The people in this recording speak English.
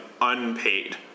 unpaid